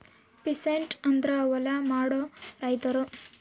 peasant ಅಂದ್ರ ಹೊಲ ಮಾಡೋ ರೈತರು